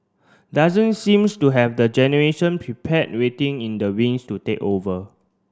doesn't seems to have the generation prepare waiting in the wings to take over